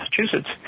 Massachusetts